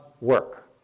work